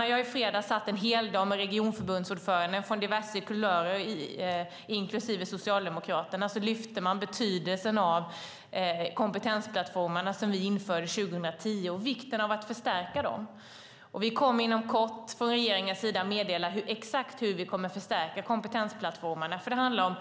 När jag i fredags satt en heldag med regionförbundsordförandena i diverse kulörer, inklusive Socialdemokraterna, lyfte de fram betydelsen av kompetensplattformarna som vi införde 2010 och även vikten av att förstärka dem. Vi kommer inom kort från regeringens sida att meddela exakt hur vi kommer att förstärka kompetensplattformarna. Det handlar om